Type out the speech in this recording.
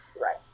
Right